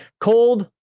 cold